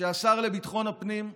שהשר לביטחון הפנים,